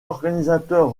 organisateurs